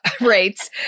rates